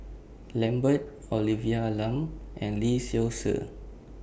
Lambert Olivia Lum and Lee Seow Ser